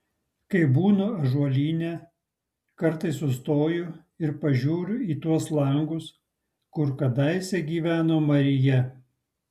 kai būnu ąžuolyne kartais sustoju ir pažiūriu į tuos langus kur kadaise gyveno marija